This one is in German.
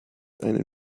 einen